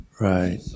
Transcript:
right